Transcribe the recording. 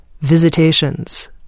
visitations